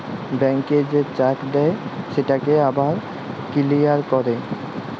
ব্যাংকে যে চ্যাক দেই সেটকে আবার কিলিয়ার ক্যরে